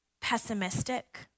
pessimistic